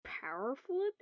powerful